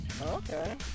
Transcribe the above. Okay